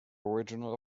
original